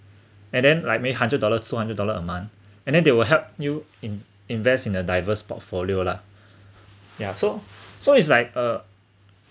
and then like me hundred dollar two hundred dollar a month and then they will help you in~ invest in a diverse portfolio lah ya so so it's like a